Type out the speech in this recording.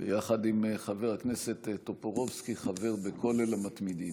ביחד עם חבר הכנסת טופורובסקי הוא חבר בכולל המתמידים.